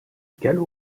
gallo